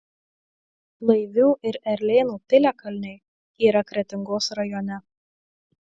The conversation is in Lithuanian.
laivių ir erlėnų piliakalniai yra kretingos rajone